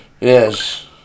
Yes